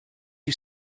you